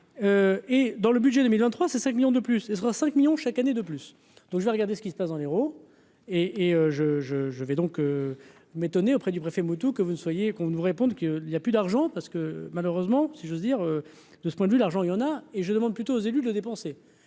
Et dans le budget 2003, c'est 5 millions de plus et sera 5 millions chaque année de plus donc je vais regarder ce qui se passe dans l'Hérault et et je, je, je vais donc m'étonner auprès du préfet moto que vous ne soyez qu'on ne vous répondent que il y a plus d'argent, parce que malheureusement si j'ose dire. De ce point de vue, l'argent il y en a, et je demande plutôt aux élus de le dépenser,